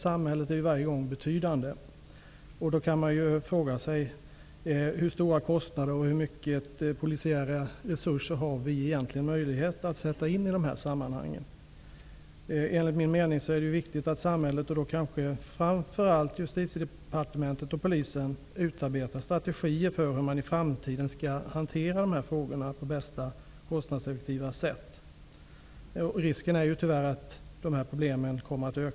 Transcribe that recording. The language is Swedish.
Kostnaderna är ju varje gång betydande för samhället. Då kan man ju fråga sig hur stora kostnader och vilka polisiära resurser vi egentligen har möjlighet att sätta in i dessa sammanhang. Enligt min mening är det viktigt att samhället, och kanske framför allt Justitiedepartementet och polisen, utarbetar strategier för hur man i framtiden skall hantera dessa frågor på bästa kostnadseffektiva sätt. Risken finns ju tyvärr för att de här problemen kommer att öka.